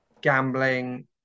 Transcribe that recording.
gambling